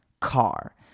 car